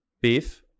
Beef